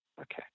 Okay